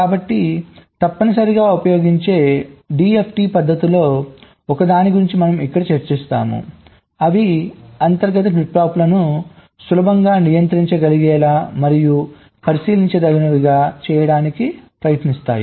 కాబట్టి తప్పనిసరిగా ఉపయోగించే DFT పద్ధతుల్లో ఒక దాని గురించి మనం ఇక్కడ చర్చిస్తాము అవి అంతర్గత ఫ్లిప్ ఫ్లాప్లను సులభంగా నియంత్రించగలిగేలా మరియు పరిశీలించదగినవిగా చేయడానికి ప్రయత్నిస్తాయి